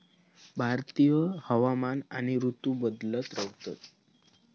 भारतात हवामान आणि ऋतू बदलत रव्हतत